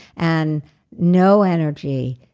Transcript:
and no energy.